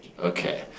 Okay